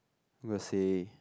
gonna say